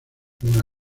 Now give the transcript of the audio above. una